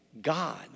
God